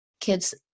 kids